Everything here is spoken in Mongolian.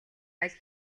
аль